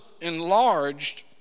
enlarged